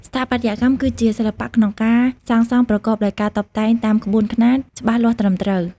ស្ថាបត្យកម្ម គឺជាសិល្បៈក្នុងការសាងសង់ប្រកបដោយការតុបតែងតាមក្បួនខ្នាត ច្បាស់លាស់ត្រឹមត្រូវ។